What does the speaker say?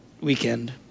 weekend